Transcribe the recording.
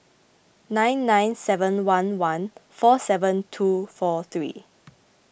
nine nine seven one one four seven two four three